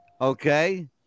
Okay